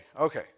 Okay